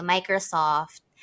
Microsoft